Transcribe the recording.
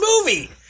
movie